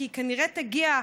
כי היא כנראה תגיע,